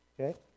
Okay